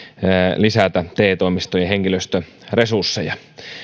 lisätä te toimistojen henkilöstöresursseja